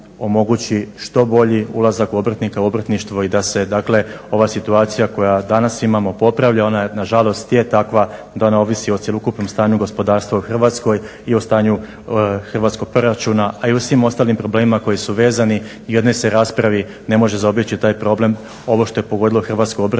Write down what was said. što bolji ulazak obrtnika u obrtništvo i da se dakle ova situacija koja danas imamo popravlja, ona nažalost je takva da ona ovisi o cjelokupnom stanju gospodarstva u Hrvatskoj i o stanju hrvatskog proračuna a i u svim ostalim problemima koji su vezani i .../Govornik se ne razumije./… se raspravi ne može zaobići taj problem ovo što je pogodilo hrvatsko obrtništvo,